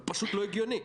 זה פשוט לא הגיוני.